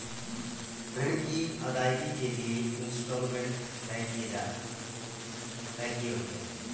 ऋण की अदायगी के लिए इंस्टॉलमेंट तय किए होते हैं